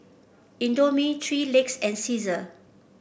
Indomie Three Legs and Cesar